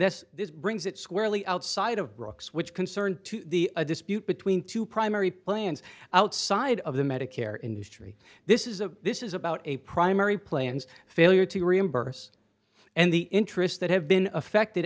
and this brings it squarely outside of rocks which concern to a dispute between two primary plans outside of the medicare industry this is a this is about a primary planes failure to reimburse and the interests that have been affected